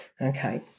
Okay